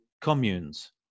communes